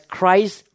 Christ